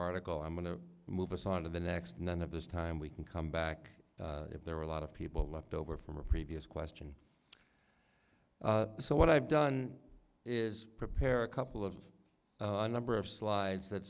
article i'm going to move us on to the next none of this time we can come back if there are a lot of people left over from a previous question so what i've done is prepare a couple of a number of slides that